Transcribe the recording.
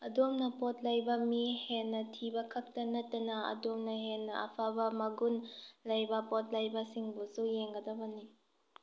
ꯑꯗꯣꯝꯅ ꯄꯣꯠ ꯂꯩꯕ ꯃꯤ ꯍꯦꯟꯅ ꯊꯤꯕ ꯈꯛꯇ ꯅꯠꯇꯅ ꯑꯗꯣꯝꯅ ꯍꯦꯟꯅ ꯑꯐꯕ ꯃꯒꯨꯟ ꯂꯩꯕ ꯄꯣꯠ ꯂꯩꯕ ꯁꯤꯡꯕꯨꯁꯨ ꯌꯦꯡꯒꯗꯕꯅꯤ